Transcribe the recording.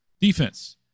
Defense